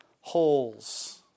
holes